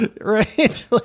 Right